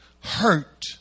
Hurt